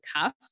cuff